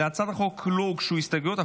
להצעת החוק לא הוגשו הסתייגויות,